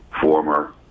former